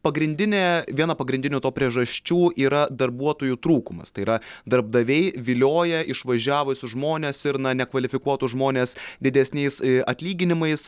pagrindinė viena pagrindinių to priežasčių yra darbuotojų trūkumas tai yra darbdaviai vilioja išvažiavusius žmones ir na nekvalifikuotus žmones didesniais atlyginimais